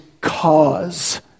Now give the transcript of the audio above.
cause